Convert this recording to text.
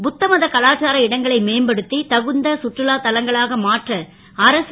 புத்தமத கலாச்சார இடங்களை மேம்படுத் தகுந்த சுற்றுலா தலங்களாக மாற்ற அரசு